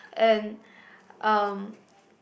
and um